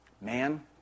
man